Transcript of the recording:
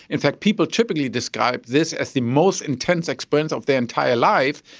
in fact people typically describe this as the most intense experience of their entire life,